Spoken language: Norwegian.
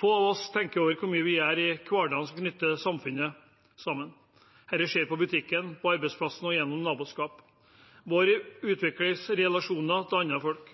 Få av oss tenker over hvor mye vi gjør i hverdagen som knytter samfunnet sammen. Dette skjer på butikken, på arbeidsplassen og gjennom naboskap – hvor det utvikles relasjoner til andre folk.